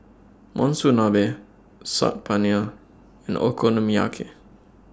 Monsunabe Saag Paneer and Okonomiyaki